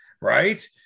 Right